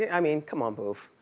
i mean, come on, boof.